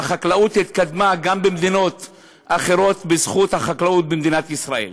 והחקלאות התקדמה גם במדינות אחרות בזכות החקלאות במדינת ישראל.